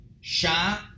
Sha